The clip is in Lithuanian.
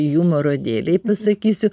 jumoro dėlei pasakysiu